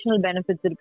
benefits